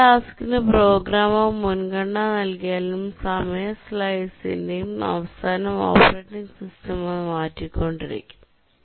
ഒരു ടാസ്ക്കിന് പ്രോഗ്രാമർ മുൻഗണന നൽകിയാലുംഓരോ സമയ സ്ലൈസിന്റെയും അവസാനം ഓപ്പറേറ്റിംഗ് സിസ്റ്റം അത് മാറ്റിക്കൊണ്ടിരിക്കും